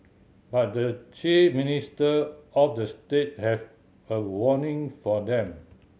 but the chief minister of the state have a warning for them